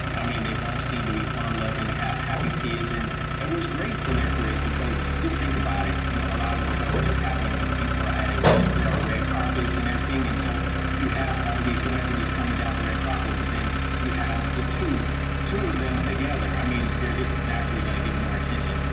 i mean, they both seemed to be fun-loving, happy kids, and it was great for their careers, because, just think about it, you know, a lot of the coverage that's happening when people are at events, they're on red carpets and everything. and so you have all these celebrities coming down the red carpet, but then you have the two two of them together. i mean, they're just naturally gonna get more attention.